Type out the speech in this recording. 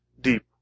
deep